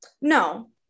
no